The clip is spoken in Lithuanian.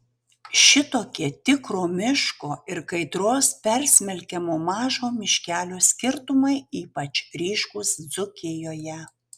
šitokie tikro miško ir kaitros persmelkiamo mažo miškelio skirtumai ypač ryškūs dzūkijoje